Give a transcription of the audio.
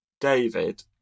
David